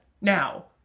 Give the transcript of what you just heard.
Now